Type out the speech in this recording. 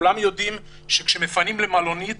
כולם יודעים שכאשר מפנים למלונית,